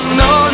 no